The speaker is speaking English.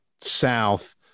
South